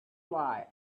why